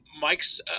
Mike's